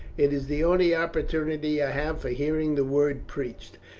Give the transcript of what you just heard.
it is the only opportunity i have for hearing the word preached.